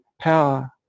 power